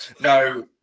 no